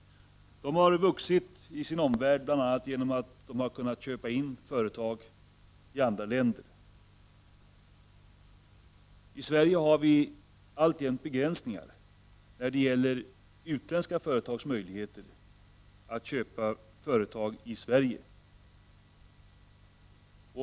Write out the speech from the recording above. De har vuxit genom att bl.a. köpa upp företag i andra länder. I Sverige finns det alltjämt begränsningar när det gäller utländska företags möjligheter att köpa företag i Sverige.